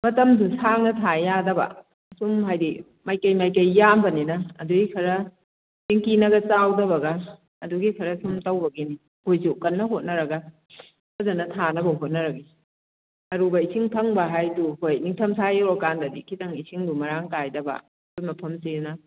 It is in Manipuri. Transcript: ꯃꯇꯝꯗꯨ ꯁꯥꯡꯅ ꯊꯥ ꯌꯥꯗꯕ ꯑꯁꯨꯝ ꯍꯥꯏꯗꯤ ꯃꯥꯏꯀꯩ ꯃꯥꯏꯀꯩ ꯌꯥꯝꯕꯅꯤꯅ ꯑꯗꯨꯒꯤ ꯈꯔ ꯇꯦꯡꯀꯤꯅꯒ ꯆꯥꯎꯗꯕꯒ ꯑꯗꯨꯒꯤ ꯈꯔ ꯁꯨꯝ ꯇꯧꯕꯒꯤꯅꯤ ꯑꯩꯈꯣꯏꯁꯨ ꯀꯟꯅ ꯍꯣꯠꯅꯔꯒ ꯐꯖꯅ ꯊꯥꯅꯕ ꯍꯣꯠꯅꯔꯒꯦ ꯑꯔꯨꯕ ꯏꯁꯤꯡ ꯐꯪꯕ ꯍꯥꯏꯗꯣ ꯍꯣꯏ ꯅꯤꯡꯊꯝꯊꯥ ꯌꯧꯗꯣꯔꯀꯥꯟꯗꯗꯤ ꯈꯤꯇꯥꯡ ꯏꯁꯤꯡꯗꯣ ꯃꯔꯥꯡ ꯀꯥꯏꯗꯕ ꯑꯩꯈꯣꯏ ꯃꯐꯝꯁꯤꯅ